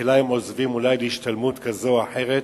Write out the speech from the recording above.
בתחילה הם עוזבים אולי להשתלמות כזו או אחרת,